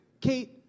Kate